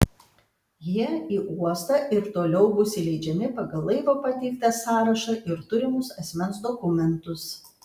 jie į uostą ir toliau bus įleidžiami pagal laivo pateiktą sąrašą ir turimus asmens dokumentus